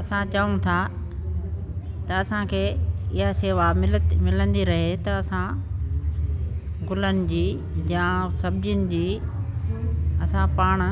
असां चऊं था त असां खे इहा सेवा मिल मिलंदी रहे त असां गुलनि जी या सब्जियुनि जी असां पाण